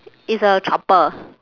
it's a chopper